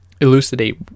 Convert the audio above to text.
elucidate